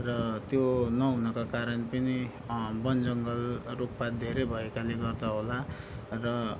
र त्यो नहुनाका कारण पनि वनजङ्गल रुखपात धेरै भएकाले गर्दा होला र